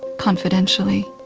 confidentially.